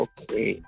Okay